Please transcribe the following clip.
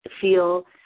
feel